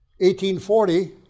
1840